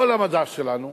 כל המדע שלנו,